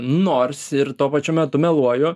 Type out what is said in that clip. nors ir tuo pačiu metu meluoju